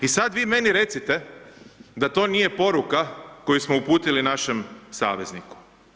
I sad vi meni recite da to nije poruka koju smo uputili našem savezniku.